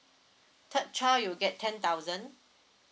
third child you'll get ten thousand